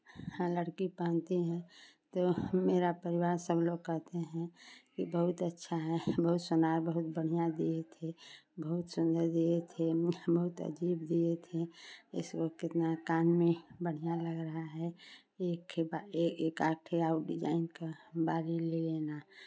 हर लड़की पहनती है तो मेरा परिवार सब लोग कहते हैं कि बहुत अच्छा है बहुत सोनार बहुत बढ़ियाँ दिए थे बहुत सुंदर दिए थे बहुत अजीब दिए थे इसको कितना कान में बढ़ियाँ लग रहा है एक के एक आध ठो आओर डिजाइन के बाली लिए ना